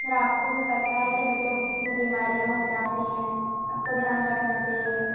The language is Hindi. सर आपको भी पता है बच्चों को कितनी बीमारियाँ हो जाती है आपको ध्यान रखना चाहिए